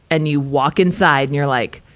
and you walk inside and you're like,